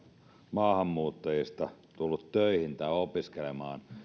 maahanmuuttajista on tullut töihin tai opiskelemaan